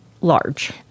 large